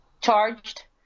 charged